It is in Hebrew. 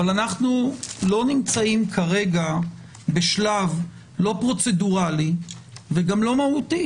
אבל אנחנו לא נמצאים כרגע בשלב לא פרוצדורלי וגם לא מהותי,